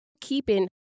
keeping